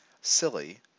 silly